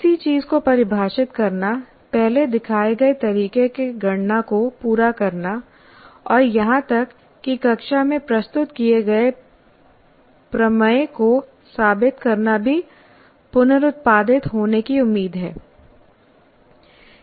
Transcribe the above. किसी चीज को परिभाषित करना पहले दिखाए गए तरीके से गणना को पूरा करना और यहां तक कि कक्षा में प्रस्तुत किए गए प्रमेय को साबित करना भी पुनरुत्पादित होने की उम्मीद है